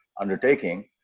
undertaking